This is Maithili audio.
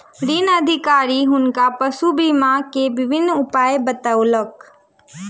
ऋण अधिकारी हुनका पशु बीमा के विभिन्न उपाय बतौलक